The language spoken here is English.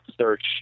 search